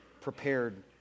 prepared